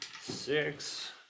Six